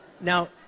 Now